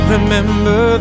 Remember